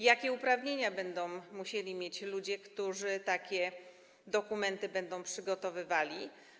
Jakie uprawnienia będą musieli mieć ludzie, którzy takie dokumenty będą przygotowywali?